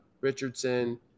Richardson